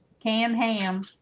canned. ham.